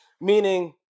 Meaning